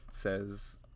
Says